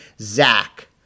zach